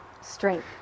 strength